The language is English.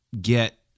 get